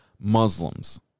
Muslims